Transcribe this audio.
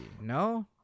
no